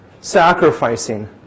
Sacrificing